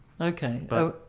okay